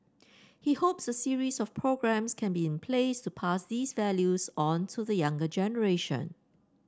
he hopes a series of programmes can be in place to pass these values on to the younger generation